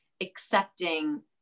accepting